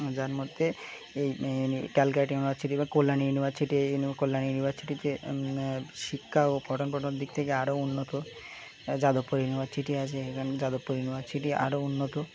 যার মধ্যে এই ক্যালকাটা ইউনিভার্সিটি বা কল্যাণ ইউনিভার্সিটি কল্যাণী ইউনিভার্সিটিতে শিক্ষা ও পঠন পটন দিক থেকে আরও উন্নত যাদবপুর ইউনিভার্সিটি আছে এখানে যাদবপুর ইউনিভার্সিটি আরও উন্নত